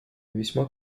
весьма